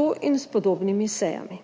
To in s podobnimi sejami,